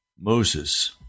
Moses